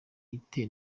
ite